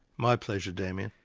my pleasure, damien.